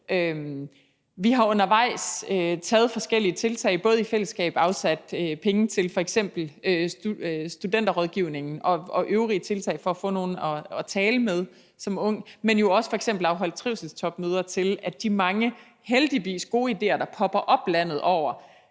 Vi har undervejs taget forskellige tiltag, både i fællesskab afsat penge til f.eks. Studenterrådgivningen og øvrige tiltag, for at de unge kan få nogle at tale med, men jo også f.eks. afholdt trivselstopmøder, så de mange – heldigvis – gode idéer, der popper op landet over,